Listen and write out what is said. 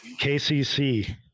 KCC